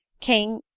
king,